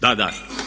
Da, da.